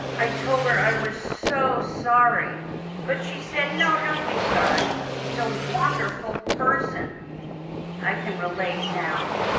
i told her i was so sorry but she said no, don't be sorry, she's a wonderful person i can relate now.